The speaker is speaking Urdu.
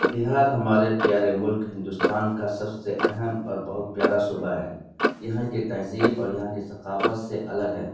بہار ہمارے پیارے ملک ہندوستان کا سب سے اہم اور بہت پیارا صوبہ ہے یہاں کی تہذیب اور یہاں کی ثقافت سے الگ ہے